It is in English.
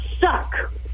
suck